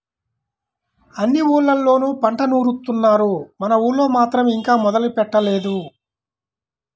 అన్ని ఊర్లళ్ళోనూ పంట నూరుత్తున్నారు, మన ఊళ్ళో మాత్రం ఇంకా మొదలే పెట్టలేదు